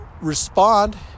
respond